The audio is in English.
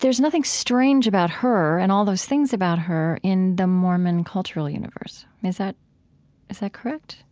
there's nothing strange about her and all those things about her in the mormon cultural universe. is that is that correct?